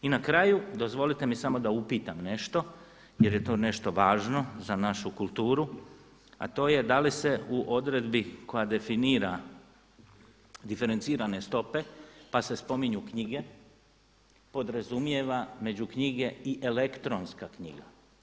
I na kraju dozvolite mi samo da upitam nešto, jer je to nešto važno za našu kulturu, a to je da li se u odredbi koja definira diferencirane stope, pa se spominju knjige podrazumijeva među knjige i elektronska knjiga.